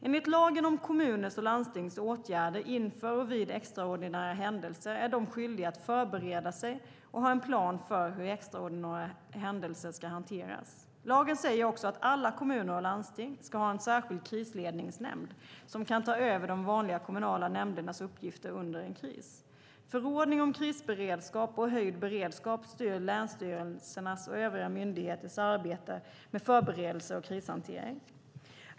Enligt lagen om kommuners och landstings åtgärder inför och vid extraordinära händelser är de skyldiga att förbereda sig och ha en plan för hur extraordinära händelser ska hanteras. Lagen säger också att alla kommuner och landsting ska ha en särskild krisledningsnämnd som kan ta över de vanliga kommunala nämndernas uppgifter under en kris. Förordning om krisberedskap och höjd beredskap styr länsstyrelsernas och övriga myndigheters arbete med förberedelser och krishantering.